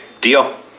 deal